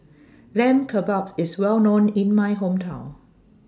Lamb Kebabs IS Well known in My Hometown